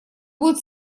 будет